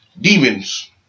demons